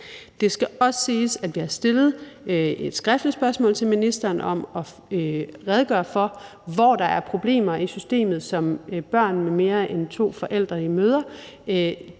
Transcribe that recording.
Det skal også siges, at vi har stillet et skriftligt spørgsmål til ministeren om at redegøre for, hvor der er problemer i systemet, som børn med mere end to forældre møder.